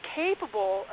capable